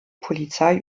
polizei